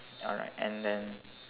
alright and then